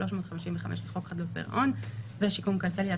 355 לחוק חדלות פירעון ושיקום כלכלי,